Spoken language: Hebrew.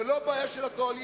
זו לא בעיה של הקואליציה,